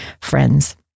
friends